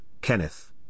Kenneth